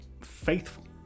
faithful